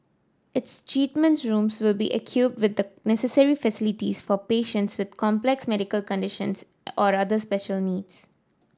its treatment rooms will be equipped with the necessary facilities for patients with complex medical conditions or other special needs